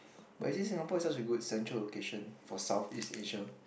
but you see Singapore is such a good central location for Southeast Asia